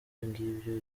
ngibyo